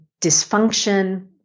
dysfunction